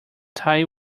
thy